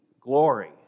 glory